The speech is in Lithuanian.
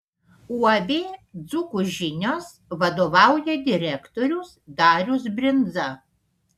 uab dzūkų žinios vadovauja direktorius darius brindza